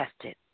tested